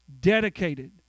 dedicated